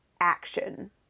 action